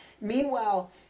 Meanwhile